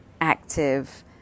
active